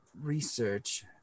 research